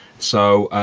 so